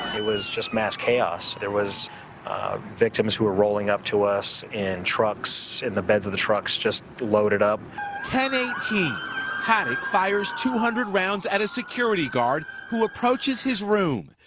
it was just mass chaos. there was victims who were rolling up to us in trucks, in the beds of the trucks just loaded up. reporter ten eighteen paddock fires two hundred rounds at a security guard who approaches his room.